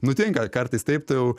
nutinka kartais taip tai jau